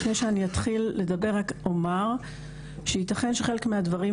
לפני שאתחיל לדבר רק אומר שיתכן שחלק מהדברים